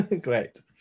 Great